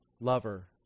lover